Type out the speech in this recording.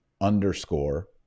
underscore